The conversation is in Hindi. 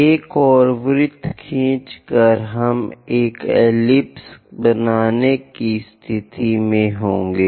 एक और वृत्त खींचकर हम एक एलिप्स बनाने की स्थिति में होंगे